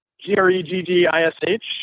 G-R-E-G-G-I-S-H